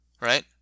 Right